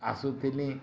ଆସୁଥିଲିଁ